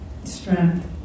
strength